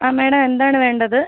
ആ മേഡം എന്താണ് വേണ്ടത്